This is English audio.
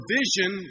vision